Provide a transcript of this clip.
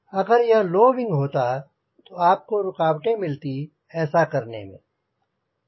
अगर यह low wing होता तो आपको रुकावटें मिलती ऐसा करने में